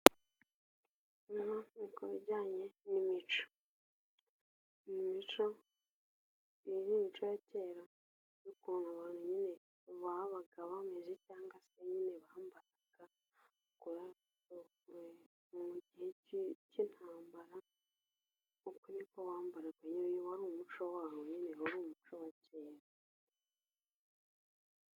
No ku bijyanye n'imico; imico ya kera n'ukuntu babaga bameze cyangwa se nyine bambaraga mu gihe cy'intambara. Uku ni ko bambaraga nyine, wari umuco wabo , wari umuco wa kera.